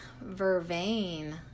vervain